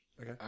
okay